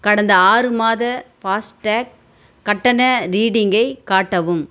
கடந்த ஆறு மாத ஃபாஸ்டேக் கட்டண ரீடிங்கை காட்டவும்